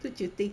do you think